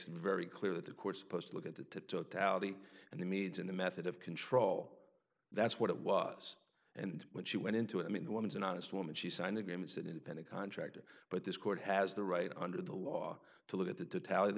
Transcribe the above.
it very clear that the court supposed to look at the totality and the needs in the method of control that's what it was and when she went into it i mean the woman's an honest woman she signed agreements that independent contractors but this court has the right under the law to look at th